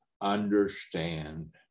understand